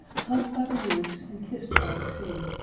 hugged by the woods and kissed by the sea!